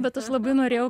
bet aš labai norėjau